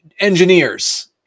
engineers